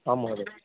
आम् महोदया